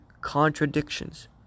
contradictions